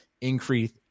increase